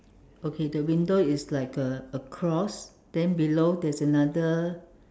okay the window is like a across then below there's another